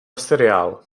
seriál